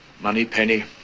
Moneypenny